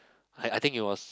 I I think it was